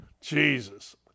Jesus